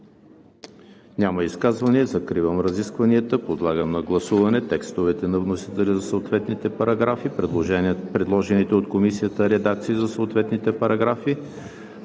Няма изказвания. Закривам разискванията. Подлагам на гласуване: текстовете на вносителя за съответните параграфи; предложените от Комисията редакции за съответните параграфи;